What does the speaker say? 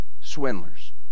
swindlers